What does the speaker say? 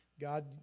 God